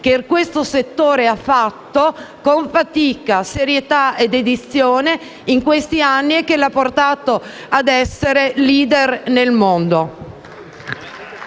che il settore ha fatto con fatica, serietà e dedizione negli ultimi anni e che lo ha portato a essere *leader* nel mondo.